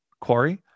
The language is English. Quarry